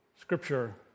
Scripture